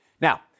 Now